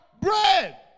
bread